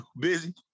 Busy